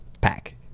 pack